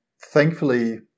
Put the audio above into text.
thankfully